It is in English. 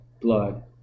blood